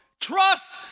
Trust